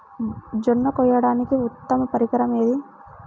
జొన్న కోయడానికి ఉత్తమ పరికరం ఏది?